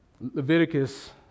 Leviticus